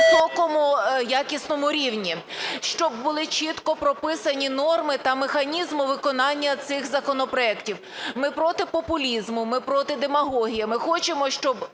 високому, якісному рівні, щоб були чітко прописані норми та механізми виконання цих законопроектів. Ми проти популізму, ми проти демагогії. Ми хочемо, щоб